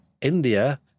India